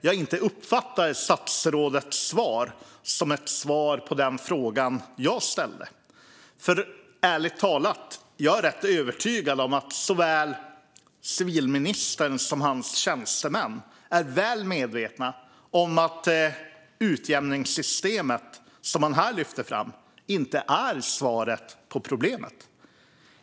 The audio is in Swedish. Jag uppfattar inte statsrådets svar som ett svar på den fråga jag ställde. Ärligt talat är jag rätt övertygad om att såväl civilministern som hans tjänstemän är väl medvetna om att utjämningssystemet som man här lyfter fram inte är svaret på problemet.